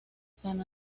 san